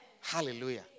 Hallelujah